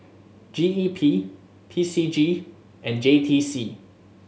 G E P P C G and J T C